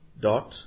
dot